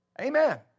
Amen